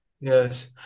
yes